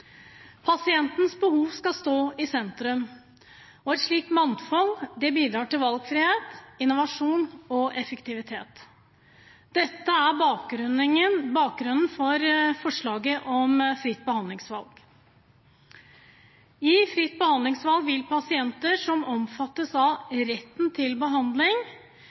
Pasientens behov skal stå i sentrum, og et slikt mangfold bidrar til valgfrihet, innovasjon og effektivitet. Dette er bakgrunnen for forslaget om fritt behandlingsvalg. I fritt behandlingsvalg vil pasienter som omfattes av retten til behandling,